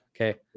okay